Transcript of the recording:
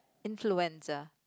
influencer